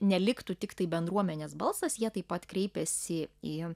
neliktų tiktai bendruomenės balsas jie taip pat kreipėsi į